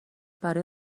برای